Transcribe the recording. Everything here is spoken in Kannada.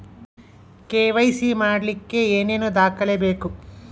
ಕೆ.ವೈ.ಸಿ ಮಾಡಲಿಕ್ಕೆ ಏನೇನು ದಾಖಲೆಬೇಕು?